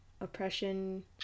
oppression